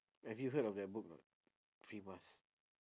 have you heard of that book or not three masks